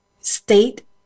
state